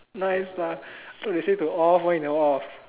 nice lah thought they say to off why you never off